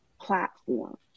platform